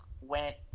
went